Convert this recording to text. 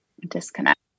Disconnect